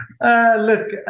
Look